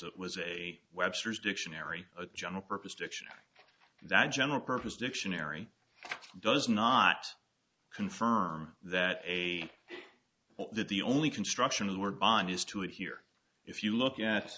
it was a webster's dictionary a general purpose dictionary that general purpose dictionary does not confirm that a that the only construction of the word bond is to it here if you look at